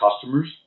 customers